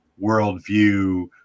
worldview